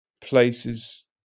places